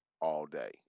all-day